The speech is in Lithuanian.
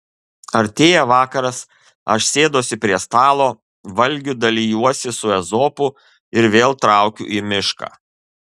artėja vakaras aš sėduosi prie stalo valgiu dalijuosi su ezopu ir vėl traukiu į mišką